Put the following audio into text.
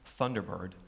Thunderbird